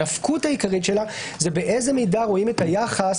הנפקות העיקרית שלה היא באיזו מידה רואים את היחס